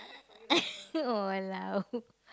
!walao!